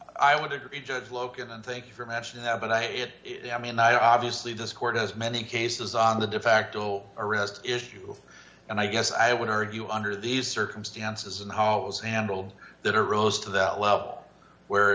i would agree judge loken and thank you for mentioning that but i it i mean i obviously discord as many cases on the defacto arrest issue and i guess i would argue under these circumstances and how it was handled that arose to that level where